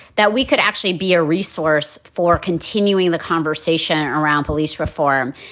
that we could actually be a resource for continuing the conversation around police reform.